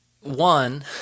one